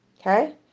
Okay